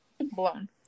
blown